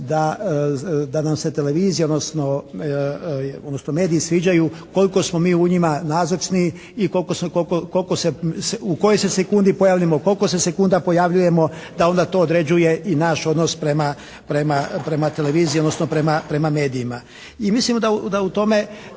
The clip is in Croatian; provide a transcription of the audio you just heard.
da nam se televizija, odnosno mediji sviđaju koliko smo mi u njima nazočni i koliko se, u kojoj se sekundi pojavljujemo, koliko se sekunda pojavljujemo, da onda to određuje i naš odnos prema televiziji, odnosno prema medijima.